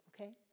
okay